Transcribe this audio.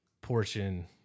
portion